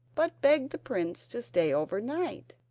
but begged the prince to stay overnight,